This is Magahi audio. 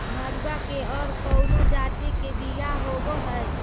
मडूया के और कौनो जाति के बियाह होव हैं?